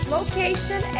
Location